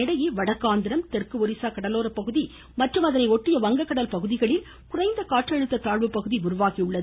இதனிடையே வடக்கு ஆந்திரம் தெற்கு ஒரிசா கடலோர பகுதி மற்றும் அதனை ஒட்டிய வங்க கடல் பகுதியில் குறைந்த காற்றழுத்த தாழ்வு பகுதி உருவாகியுள்ளது